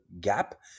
gap